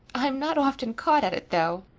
i'm not often caught at it though,